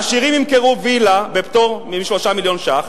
העשירים ימכרו וילה בפטור מ-3 מיליון ש"ח,